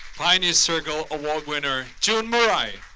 pioneer circle award winner, jun murai.